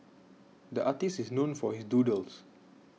the artist is known for his doodles